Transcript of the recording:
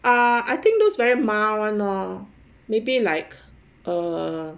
ah I think those very mild [one] or maybe like err